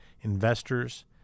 investors